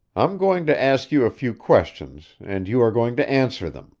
i'm going to ask you a few questions, and you are going to answer them,